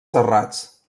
serrats